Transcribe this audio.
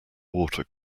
water